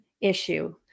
issue